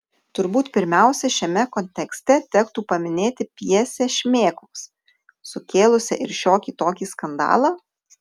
turbūt pirmiausia šiame kontekste tektų paminėti pjesę šmėklos sukėlusią ir šiokį tokį skandalą